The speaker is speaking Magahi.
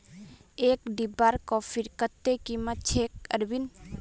एक डिब्बा कॉफीर कत्ते कीमत छेक अरविंद